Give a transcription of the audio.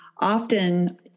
often